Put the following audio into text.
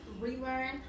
relearn